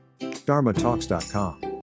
dharmatalks.com